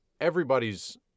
everybody's